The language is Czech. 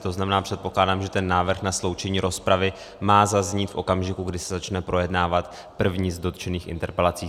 To znamená, předpokládám, že ten návrh na sloučení rozpravy má zaznít v okamžiku, kdy se začne projednávat první z dotčených interpelací.